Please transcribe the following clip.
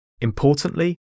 Importantly